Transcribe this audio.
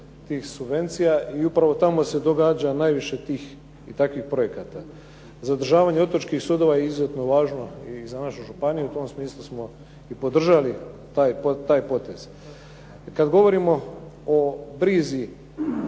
tih subvencija i upravo tamo se događa najviše tih i takvih projekata. Zadržavanje otočkih sudova je izuzetno važno i za našu županiju, u tom smislu smo i podržali taj potez. Kad govorimo o brizi